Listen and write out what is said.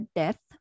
death